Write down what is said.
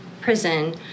prison